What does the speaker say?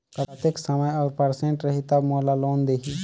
कतेक समय और परसेंट रही तब मोला लोन देही?